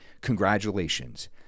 congratulations